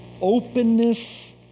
openness